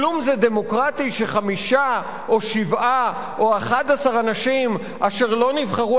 כלום זה דמוקרטי שחמישה או שבעה או 11 אנשים אשר לא נבחרו